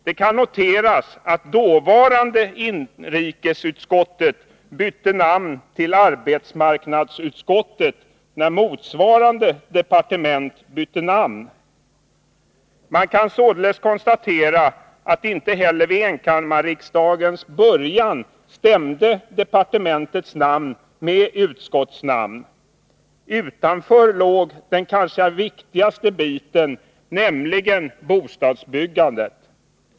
Det kan noteras att dåvarande inrikesutskottet bytte namn till arbetsmarknadsutskottet, när motsvarande departement bytte namn. Man kan således konstatera att departementets namn inte heller vid enkammarriksdagens början stämde med utskottsnamnet. Utanför låg den kanske viktigaste biten, nämligen bostadsbyggandet.